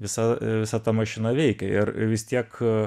visa visa ta mašina veikia ir vis tiek